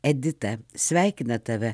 edita sveikina tave